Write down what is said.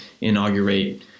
inaugurate